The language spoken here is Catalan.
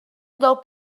del